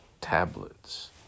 tablets